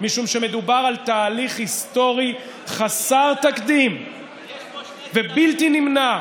משום שמדובר על תהליך היסטורי חסר תקדים ובלתי נמנע.